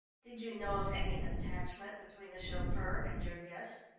did you know of any attachment between the chauffeur and your guest?